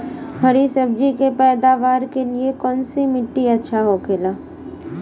हरी सब्जी के पैदावार के लिए कौन सी मिट्टी अच्छा होखेला?